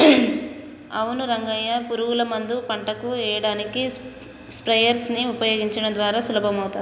అవును రంగయ్య పురుగుల మందు పంటకు ఎయ్యడానికి స్ప్రయెర్స్ నీ ఉపయోగించడం ద్వారా సులభమవుతాది